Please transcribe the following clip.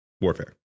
warfare